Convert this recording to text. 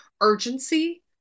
urgency